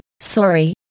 Sorry